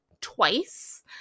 twice